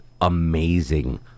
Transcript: amazing